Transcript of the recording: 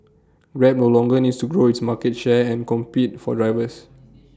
grab no longer needs to grow its market share and compete for drivers